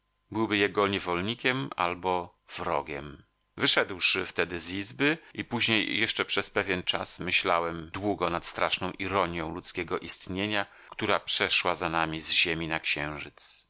byłby jego niewolnikiem albo wrogiem wyszedłszy wtedy z izby i później jeszcze przez pewien czas myślałem długo nad straszną ironją ludzkiego istnienia która przeszła za nami z ziemi na księżyc